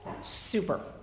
Super